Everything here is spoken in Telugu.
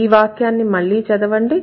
ఈ వాక్యాన్ని మళ్ళీ చదవండి